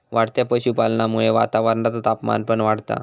वाढत्या पशुपालनामुळा वातावरणाचा तापमान पण वाढता